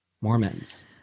Mormons